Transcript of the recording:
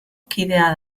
kidea